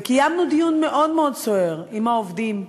וקיימנו דיון מאוד מאוד סוער עם העובדים,